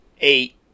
eight